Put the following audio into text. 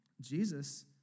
Jesus